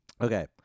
Okay